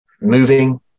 moving